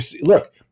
look